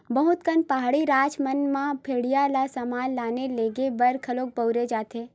बहुत कन पहाड़ी राज मन म भेड़िया ल समान लाने लेगे बर घलो बउरे जाथे